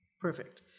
Perfect